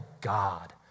God